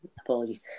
apologies